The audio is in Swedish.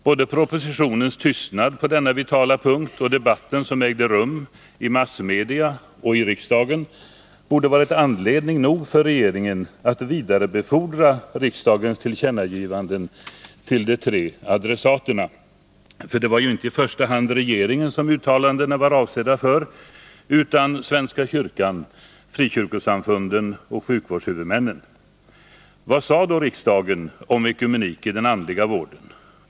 Både propositionens tystnad på denna vitala punkt och debatten i massmedia och i riksdagen borde ha varit anledning nog för regeringen att vidarebefordra riksdagens tillkännagivanden till de tre adressaterna. Det var ju inte i första hand regeringen som uttalandena var avsedda för utan för svenska kyrkan, frikyrkosamfunden och sjukvårdshuvudmännen. Vad sade då riksdagen om ekumenik i den andliga vården?